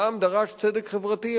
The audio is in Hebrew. העם דרש צדק חברתי.